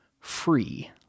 free